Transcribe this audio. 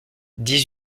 dix